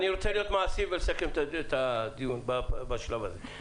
אני רוצה להיות מעשי ולסכם את הדיון בשלב הזה.